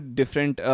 different